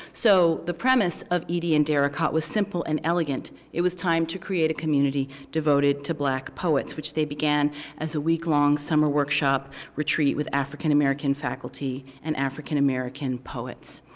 so the premise of eady and daracot was simple and elegant. it was time to create a community devoted to black poets, which they began as a week long summer workshop retreat with african american faculty and african american poets.